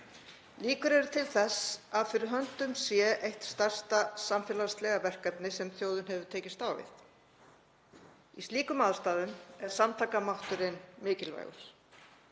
Líkur eru til þess að fyrir höndum sé eitt stærsta samfélagslega verkefni sem þjóðin hefur tekist á við. Í slíkum aðstæðum er samtakamátturinn mikilvægur.